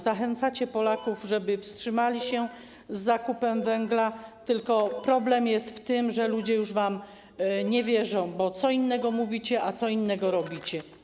Zachęcacie Polaków, żeby wstrzymali się z zakupem węgla, tylko problem w tym, że ludzie już wam nie wierzą, bo co innego mówicie, a co innego robicie.